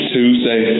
Tuesday